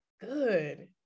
good